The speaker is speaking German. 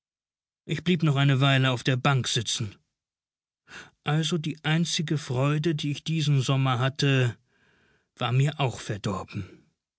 ich blieb noch eine weile auf der bank sitzen also die einzige freude die ich diesen sommer hatte war mir auch verdorben